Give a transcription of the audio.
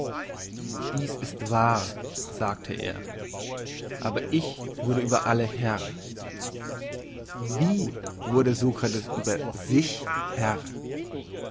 dies ist wahr sagte er aber ich wurde über alle herr wie wurde sokrates über sich herr